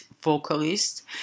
vocalist